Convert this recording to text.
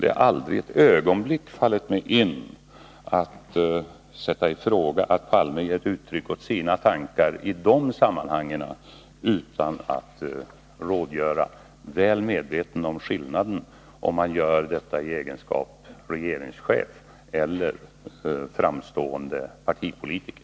Det har aldrig ett ögonblick fallit mig in att tro att Olof Palme gett uttryck åt sina tankar i dessa sammanhang utan att rådgöra, väl medveten som han är om skillnaden mellan att göra detta i egenskap av regeringschef och i egenskap av framstående partipolitiker.